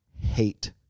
hate